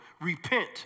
Repent